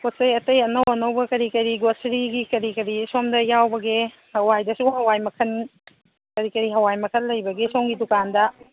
ꯄꯣꯠ ꯆꯩ ꯑꯩꯇꯩ ꯑꯅꯧ ꯑꯅꯧꯕ ꯀꯔꯤ ꯀꯔꯤ ꯒ꯭ꯔꯣꯁꯔꯤꯒꯤ ꯀꯔꯤ ꯀꯔꯤ ꯁꯣꯝꯗ ꯌꯥꯎꯕꯒꯦ ꯍꯋꯥꯏꯗꯁꯨ ꯍꯋꯥꯏ ꯃꯈꯜ ꯀꯔꯤ ꯀꯔꯤ ꯍꯋꯥꯏ ꯃꯈꯜ ꯂꯩꯕꯒꯦ ꯁꯣꯝꯒꯤ ꯗꯨꯀꯥꯟꯗ